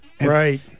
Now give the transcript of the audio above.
Right